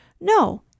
No